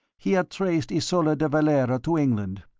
he had traced ysola de valera to england.